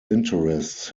interests